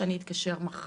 שאתקשר מחר.